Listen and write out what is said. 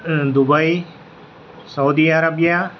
Dubai Saudi Arabia